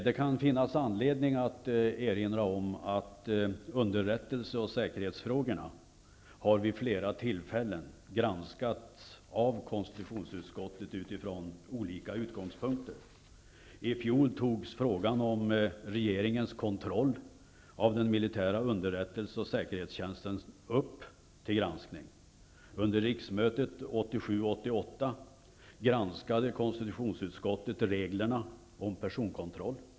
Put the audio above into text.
Det kan finnas anledning att erinra om att underrättelse och säkerhetsfrågorna vid flera tillfällen utifrån flera utgångspunkter har granskats av konstitutionsutskottet. I fjol togs frågan om regeringens kontroll av den militära underrättelseoch säkerhetstjänsten upp till granskning. Under riksmötet 1987/88 granskade konstitutionsutskottet reglerna om personkontroll.